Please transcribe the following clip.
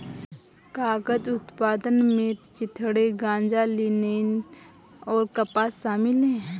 कागज उत्पादन में चिथड़े गांजा लिनेन और कपास शामिल है